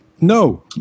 no